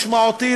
משמעותי,